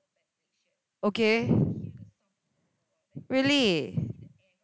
okay really